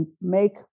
make